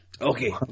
Okay